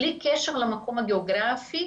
בלי קשר למקום הגיאוגרפי,